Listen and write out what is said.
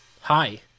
Hi